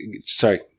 sorry